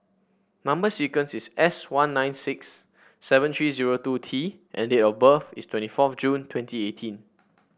number sequence is S one nine six seven three zero two T and date of birth is twenty fourth June twenty eighteen